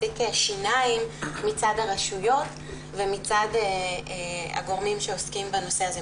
מספיק שיניים מצד הרשויות ומצד הגורמים שעוסקים בנושא הזה,